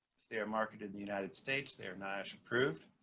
they are marketed in the united states. they are niosh approved.